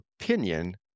opinion